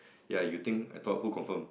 ya you think I thought who confirm